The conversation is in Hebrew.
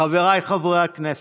חבריי חברי הכנסת,